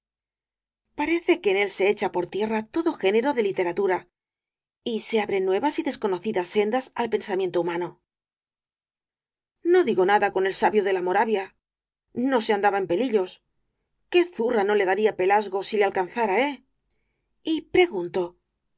él se echa por tierra todo género de literatura y se abren nuevas y desconocidas sendas al pensamiento humano no digo nada con el sabio de la moravia no se andaba en pelillos qué zurra no le daría pelasgo si le alcanzara eh y pregunto